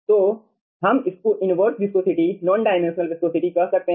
तो हम इसको inverse viscosity non dimensional viscosity कह सकते हैं